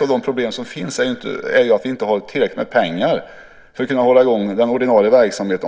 av de problem som finns är att det inte finns tillräckligt med pengar för att hålla i gång den ordinarie verksamheten.